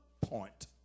point